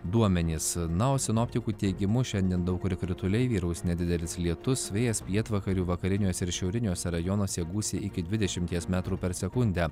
duomenys na o sinoptikų teigimu šiandien daug kur krituliai vyraus nedidelis lietus vėjas pietvakarių vakariniuose ir šiauriniuose rajonuose gūsiai iki dvidešimties metrų per sekundę